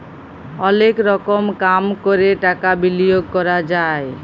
অলেক রকম কাম ক্যরে টাকা বিলিয়গ ক্যরা যায়